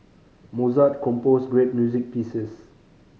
Mozart composed great music pieces